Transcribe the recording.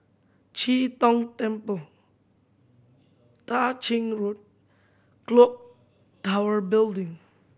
Chee Tong Temple Tah Ching Road Clock Tower Building